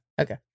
Okay